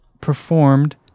performed